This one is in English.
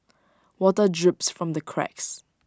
water drips from the cracks